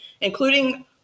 including